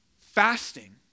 Fasting